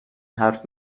حرف